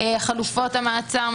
חלופות המעצר,